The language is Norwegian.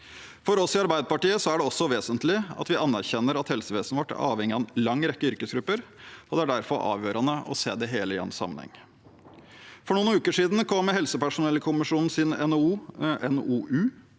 For oss i Arbeiderpartiet er det også vesentlig at vi anerkjenner at helsevesenet vårt er avhengig av en lang rekke yrkesgrupper, og det er derfor avgjørende å se det hele i en sammenheng. For noen uker siden kom helsepersonellkommisjonens NOU,